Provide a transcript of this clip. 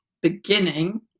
beginning